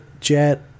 Jet